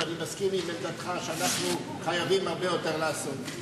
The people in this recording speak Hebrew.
ואני מסכים עם עמדתך שאנחנו חייבים לעשות הרבה יותר,